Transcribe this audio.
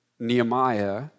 Nehemiah